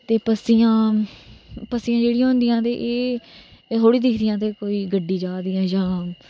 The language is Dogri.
ते पस्सियां जेहडी होंदियां ते एह् थोह्ड़ा दिखदियां कि कोई गड्डी जारदी जां